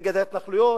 נגד ההתנחלויות,